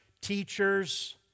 teachers